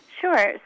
Sure